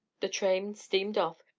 the train steamed off,